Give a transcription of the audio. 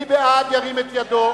מי בעד, ירים את ידו.